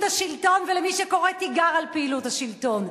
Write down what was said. השלטון ולמי שקורא תיגר על פעילות השלטון.